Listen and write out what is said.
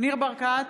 ניר ברקת,